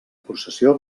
possessió